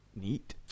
neat